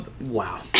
Wow